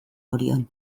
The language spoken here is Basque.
orion